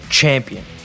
champion